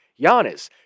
Giannis